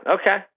okay